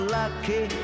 lucky